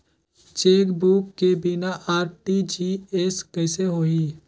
Chequebook के बिना RTGS कइसे होही?